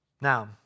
Now